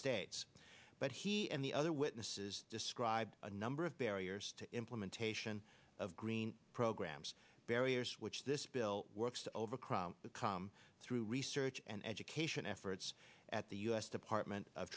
states but he and the other witnesses describe a number of barriers to implementation of green programs barriers which this bill works to overcrowd come through research and education efforts at the u s department of